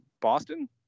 Boston